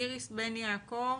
איריס בן יעקב,